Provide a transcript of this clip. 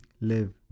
live